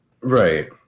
Right